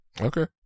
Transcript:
okay